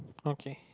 okay